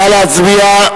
נא להצביע.